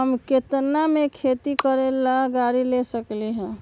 हम केतना में खेती करेला गाड़ी ले सकींले?